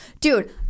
dude